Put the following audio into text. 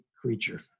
creature